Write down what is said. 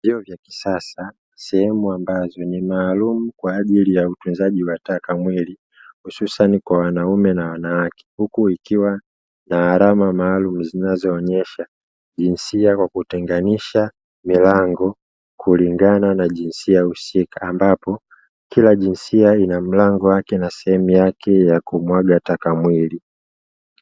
Vyoo vya kisasa sehemu ambazo ni maalumu kwa ajili ya utunzaji wa taka mwili hususani kwa wanaume na wanawake, huku ikiwa na alama maalumu zinazoonyesha jinsia kwa kutenganisha milango kulingana na jinsia husika. Ambapo kila jinsia ina mlango wake na sehemu yake ya kumwaga taka mwili.